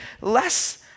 less